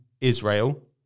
Israel